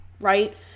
right